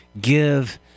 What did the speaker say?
Give